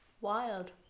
Wild